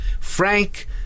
Frank